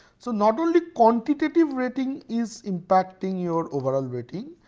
so not only quantitative rating is impacting your overall rating,